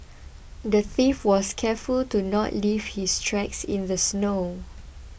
the thief was careful to not leave his tracks in the snow